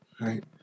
right